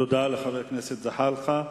תודה לחבר הכנסת זחאלקה.